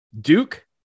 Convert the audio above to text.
Duke